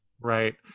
Right